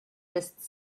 just